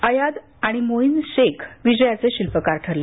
अयाद आणि मोइझ शेख विजयाचे शिल्पकार ठरले